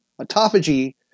autophagy